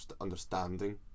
understanding